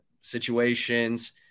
situations